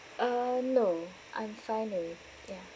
uh no I'm fine already ya